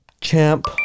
champ